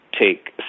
take